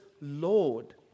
Lord